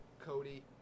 Cody